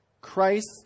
Christ